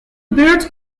beurt